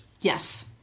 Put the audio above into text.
yes